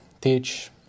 teach